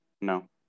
no